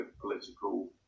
political